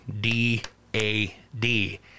D-A-D